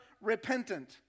repentant